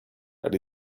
that